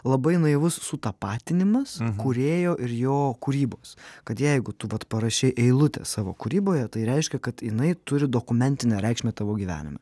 labai naivus sutapatinimas kūrėjo ir jo kūrybos kad jeigu tu vat parašei eilutę savo kūryboje tai reiškia kad jinai turi dokumentinę reikšmę tavo gyvenime